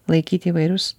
laikyti įvairius